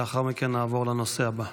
לאחר מכן נעבור לנושא הבא.